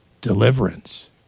deliverance